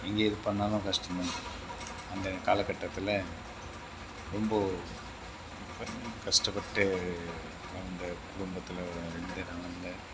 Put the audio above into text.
எங்கே இது பண்ணிணாலும் கஷ்டம் தான் அந்த கால கட்டத்தில் ரொம்ப கஷ்டப்பட்டு வாழ்ந்த குடும்பத்துலிருந்து நான் வந்தேன்